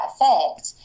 effect